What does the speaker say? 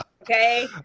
Okay